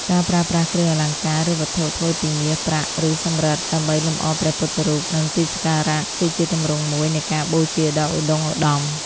ការប្រើប្រាស់គ្រឿងអលង្ការ ឬវត្ថុធ្វើពីមាស ប្រាក់ ឬសំរឹទ្ធ ដើម្បីលម្អព្រះពុទ្ធរូប និងទីសក្ការៈ គឺជាទម្រង់មួយនៃការបូជាដ៏ឧត្តុង្គឧត្តម។